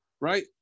right